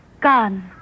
Gone